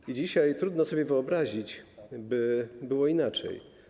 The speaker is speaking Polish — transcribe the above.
I dzisiaj trudno sobie wyobrazić, by było inaczej.